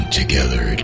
together